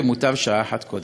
ומוטב שעה אחת קודם.